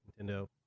Nintendo